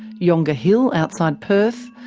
yongah hill outside perth,